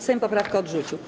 Sejm poprawkę odrzucił.